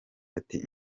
ati